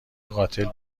قاتل